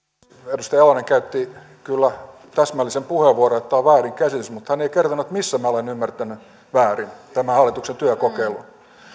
edustaja jalonen käytti kyllä täsmällisen puheenvuoron kun sanoi että tämä on väärinkäsitys mutta hän ei kertonut missä minä olen ymmärtänyt väärin tämän hallituksen työkokeilun